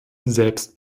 selbst